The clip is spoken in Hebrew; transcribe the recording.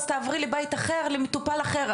אז תעברי לבית אחר, למטופל אחר.